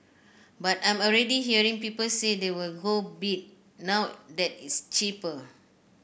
but I'm already hearing people say they will go bid now that it's cheaper